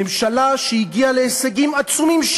ממשלה שהגיעה להישגים עצומים,